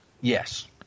Yes